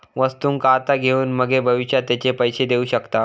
वस्तुंका आता घेऊन मगे भविष्यात तेचे पैशे देऊ शकताव